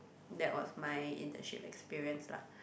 that was my internship experience lah